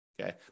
Okay